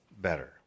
better